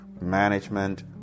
Management